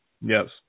Yes